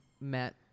met